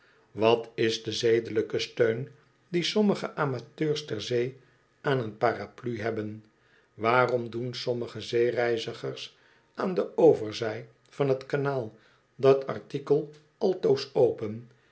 wat is de zedelijke steun dien sommige amateurs ter zee aan een paraplu hebben waarom doen sommige zeereizigers aan de overzij van t kanaal dat artikel altoos open